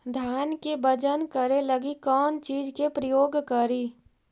धान के बजन करे लगी कौन चिज के प्रयोग करि?